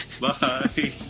Bye